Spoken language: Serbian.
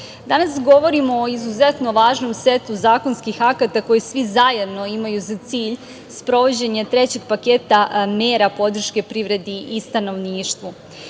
govorimo o izuzetno važnom setu zakonskih akata koji se svi zajedno imaju za cilj sprovođenje trećeg paketa mera podrške privredi i stanovništvu.